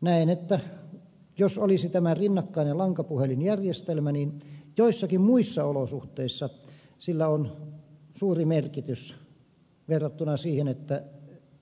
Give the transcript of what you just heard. näen että jos olisi tämä rinnakkainen lankapuhelinjärjestelmä niin joissakin muissa olosuhteissa sillä olisi suuri merkitys verrattuna siihen että